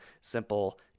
simple